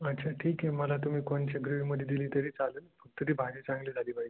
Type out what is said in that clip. अच्छा ठीक आहे मला तुम्ही कोणच्या ग्रेवीमध्ये दिली तरी चालेल फक्त ती भाजी चांगली झाली पाहिजे